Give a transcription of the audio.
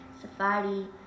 Safari